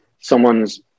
someone's